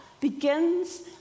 begins